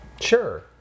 sure